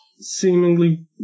seemingly